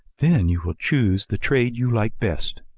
then you will choose the trade you like best.